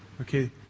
Okay